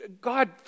God